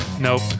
nope